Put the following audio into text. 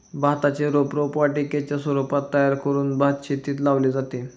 भाताचे रोप रोपवाटिकेच्या स्वरूपात तयार करून भातशेतीत लावले जाते